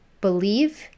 believe